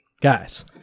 guys